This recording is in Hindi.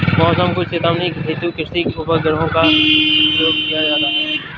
मौसम की चेतावनी हेतु कृत्रिम उपग्रहों का प्रयोग किया जाता है